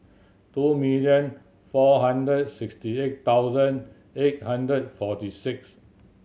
two million four hundred sixty eight thousand eight hundred forty six